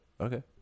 Okay